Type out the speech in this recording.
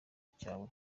cyawe